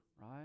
right